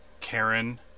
Karen